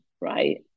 right